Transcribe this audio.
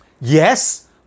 Yes